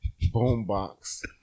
boombox